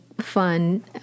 fun